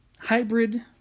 hybrid